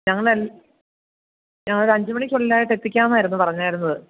ഞങ്ങൾ ഒരു അഞ്ച് മണിക്ക് ഉള്ളിലായിട്ട് എത്തിക്കാമെന്നായിരുന്നു പറഞ്ഞായിരുന്നത്